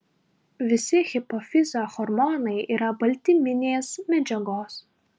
visi hipofizio hormonai yra baltyminės medžiagos